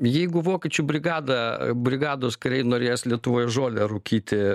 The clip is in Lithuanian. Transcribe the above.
jeigu vokiečių brigada brigados kariai norės lietuvoj žolę rūkyti